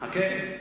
חכה.